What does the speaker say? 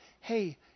Hey